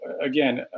again